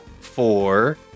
Four